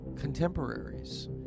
contemporaries